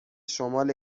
شمال